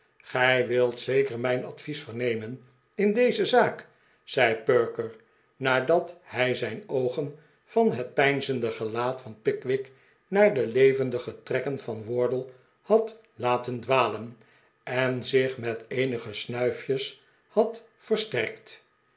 gij wilt zeker mijn advies vernemen in deze zaak zei perker nadat hij zijn oogen van het peinzende gelaat van pickwick naar de levendige trekken van wardle had laten dwalen en zich met eenige snuifjeshad versterkt